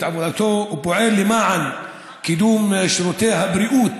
עבודתו ופועל למען קידום שירותי הבריאות,